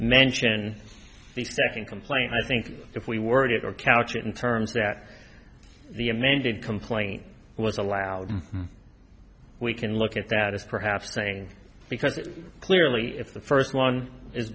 mention the second complaint i think if we worded or couch it in terms that the amended complaint was allowed we can look at that as perhaps saying because clearly if the first one i